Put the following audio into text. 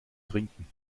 trinken